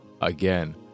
again